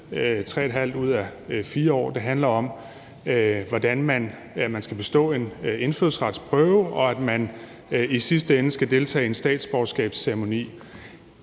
3½ ud af 4 år. Det handler om, at man skal bestå en indfødsretsprøve, og at man i sidste ende skal deltage i en statsborgerskabsceremoni.